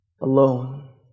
alone